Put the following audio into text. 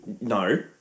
no